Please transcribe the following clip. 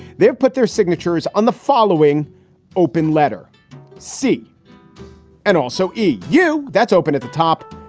they've put their signatures on the following open letter c and also e. u. that's open at the top.